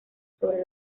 sobre